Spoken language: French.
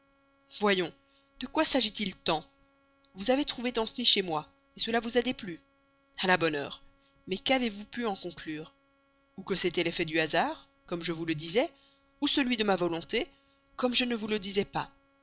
voyons de quoi s'agit-il tant vous avez trouvé danceny chez moi cela vous a déplu à la bonne heure mais qu'avez-vous pu en conclure ou que c'était l'effet du hasard comme je vous le disais ou celui de ma volonté comme je ne vous le disais pas